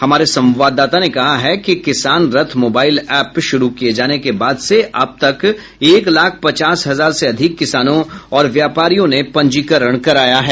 हमारे संवाददाता ने कहा है कि किसान रथ मोबाइल ऐप शुरू किये जाने के बाद से अब तक एक लाख पचास हजार से अधिक किसानों और व्यापारियों ने पंजीकरण कराया है